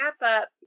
wrap-up